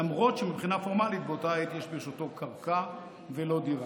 למרות שמבחינה פורמלית באותה העת יש ברשותו קרקע ולא דירה.